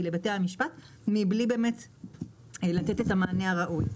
לבתי המשפט מבלי לתת את המענה הראוי.